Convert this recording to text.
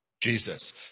Jesus